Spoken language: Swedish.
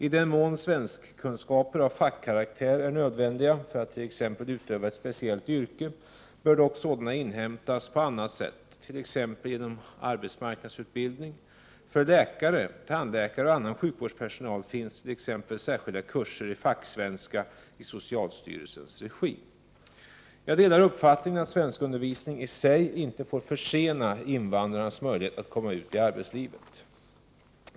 I den mån svenskkunskaper av fackkaraktär är nödvändiga, för att t.ex. utöva ett speciellt yrke, bör dock sådana inhämtas på annat sätt, t.ex. genom arbetsmarknadsutbildning. För läkare, tandläkare och annan sjukvårdspersonal finns t.ex. särskilda kurser i facksvenska i socialstyrelsens regi. Jag delar uppfattningen att svenskundervisning i sig inte får försena invandrarnas möjlighet att komma ut i arbetslivet.